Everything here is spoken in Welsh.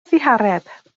ddihareb